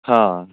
ਹਾਂ